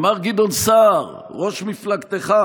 אמר גדעון סער, ראש מפלגתך: